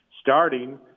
starting